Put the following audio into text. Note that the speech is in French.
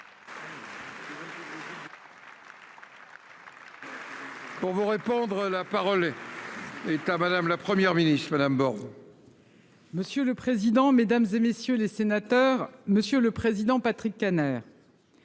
Pour vous répandre la parole est. Est à madame la Première ministre madame Borne.-- Monsieur le président, Mesdames, et messieurs les sénateurs, Monsieur le Président, Patrick Kanner.--